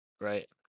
Right